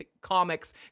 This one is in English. comics